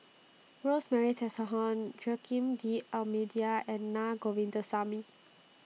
Rosemary Tessensohn Joaquim D'almeida and Na Govindasamy